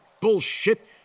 bullshit